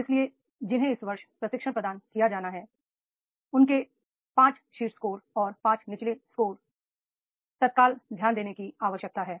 इसलिए जिन्हें इस वर्ष प्रशिक्षण प्रदान किया जाना है इसलिए उनके शीर्ष 5 स्कोर और 5 निचले स्कोर तत्काल ध्यान देने की आवश्यकता है